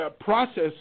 process